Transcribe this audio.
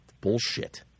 bullshit